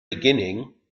beginning